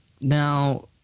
Now